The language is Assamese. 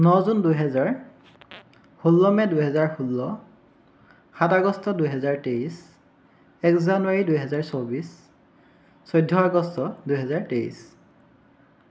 ন জুন দুহেজাৰ ষোল্ল মে' দুহেজাৰ ষোল্ল সাত আগষ্ট দুহেজাৰ তেইছ এক জানুৱাৰী দুহেজাৰ চৌব্বিছ চৈধ্য আগষ্ট দুহেজাৰ তেইছ